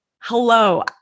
hello